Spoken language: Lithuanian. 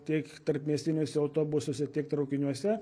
tiek tarpmiestiniuose autobusuose tiek traukiniuose